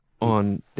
on